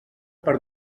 per